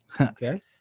Okay